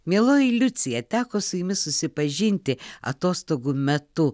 mieloji liucija teko su jumis susipažinti atostogų metu